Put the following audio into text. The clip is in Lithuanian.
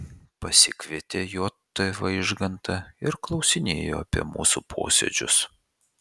pasikvietė j t vaižgantą ir klausinėjo apie mūsų posėdžius